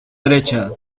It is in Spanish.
derecha